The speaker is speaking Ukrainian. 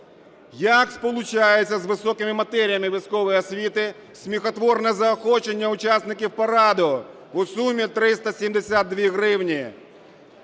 Як сполучається з високими матеріями військової освіти сміхотворне заохочення учасників параду у сумі 372 гривні,